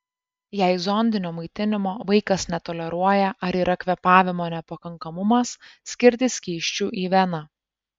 jei zondinio maitinimo vaikas netoleruoja ar yra kvėpavimo nepakankamumas skirti skysčių į veną